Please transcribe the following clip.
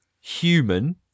human